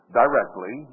directly